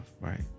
right